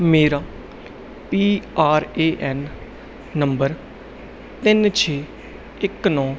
ਮੇਰਾ P R A N number ਤਿੰਨ ਛੇ ਇੱਕ ਨੌਂ